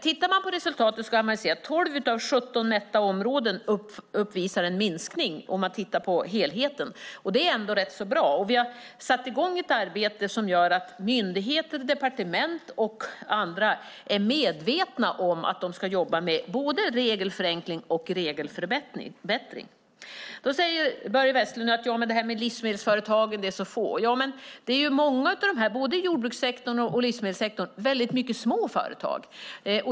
Tittar man på resultatet ser man att 12 av 17 mätta områden uppvisar en minskning om man ser till helheten. Det är ändå rätt så bra. Vi har satt i gång ett arbete som gör att myndigheter, departement och andra är medvetna om att de ska jobba med både regelförenkling och regelförbättring. Börje Vestlund säger att livsmedelsföretagen är så få. Men inom både livsmedelssektorn och jordbrukssektorn är det väldigt många små företag.